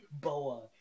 boa